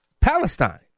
Palestine